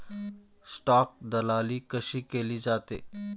Stock दलाली कशी केली जाते?